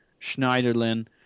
Schneiderlin